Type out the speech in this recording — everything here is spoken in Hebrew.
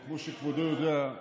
כמו שכבודו יודע,